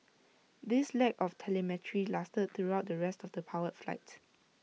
this lack of telemetry lasted throughout the rest of powered flight